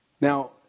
Now